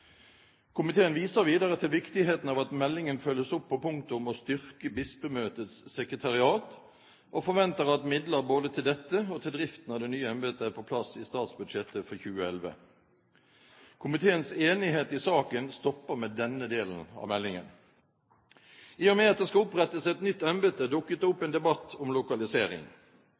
Komiteen viser videre til viktigheten av at meldingen følges opp på punktet om å styrke Bispemøtets sekretariat, og forventer at midler både til dette og til driften av det nye embetet er på plass i statsbudsjettet for 2011. Komiteens enighet i saken stopper med denne delen av meldingen. I og med at det skal opprettes et nytt embete, dukket det opp en debatt om lokalisering.